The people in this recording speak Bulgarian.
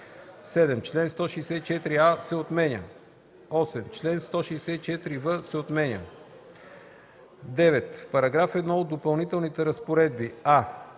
7. Член 164а се отменя. 8. Член 164в се отменя. 9. В § 1 от Допълнителните разпоредби: